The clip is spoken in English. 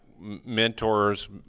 mentors